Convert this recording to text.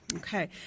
Okay